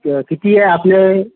क किती आहे आपले